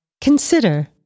Consider